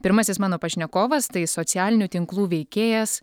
pirmasis mano pašnekovas tai socialinių tinklų veikėjas